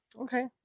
Okay